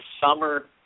summer